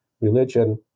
religion